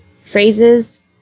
phrases